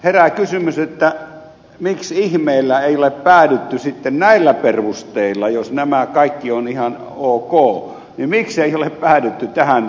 herää kysymys miksi ihmeellä ei ole päädytty sitten näillä perusteilla jos nämä kaikki ovat ihan ok tähän johtopäätökseen